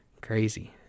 crazy